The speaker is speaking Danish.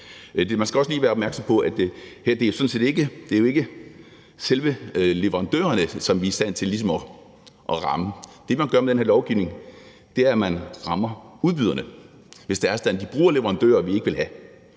Man skal også lige være opmærksom på, at det jo ikke er selve leverandørerne, som vi er i stand til at ramme. Det, man gør med den her lovgivning, er, at man rammer udbyderne, hvis det er sådan, at de bruger leverandører, vi ikke vil have